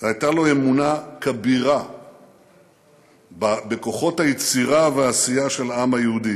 הייתה לו אמונה כבירה בכוחות היצירה והעשייה של העם היהודי,